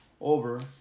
over